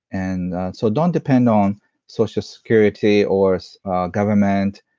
and so, don't depend on social security or government.